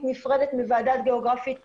נפרדת מוועדה גיאוגרפית סירקין.